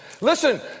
Listen